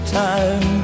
time